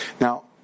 Now